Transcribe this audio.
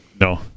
no